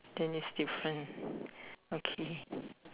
then it's different okay